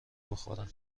بخورم